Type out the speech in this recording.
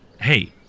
hey